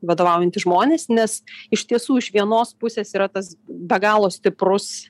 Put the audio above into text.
vadovaujantys žmonės nes iš tiesų iš vienos pusės yra tas be galo stiprus